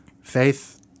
Faith